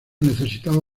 necesitaba